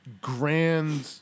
grand